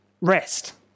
rest